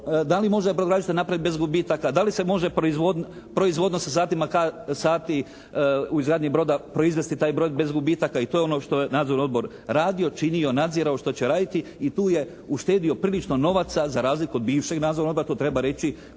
da li može brodogradilište napraviti bez gubitaka? Da li se može proizvodnost sa satima, sati u izgradnji broda proizvesti taj broj bez gubitaka. I to je ono što je Nadzorni odbor radio, činio, nadzirao, što će raditi i tu je uštedio prilično novaca za razliku od bivšeg Nadzornog odbora. To treba reći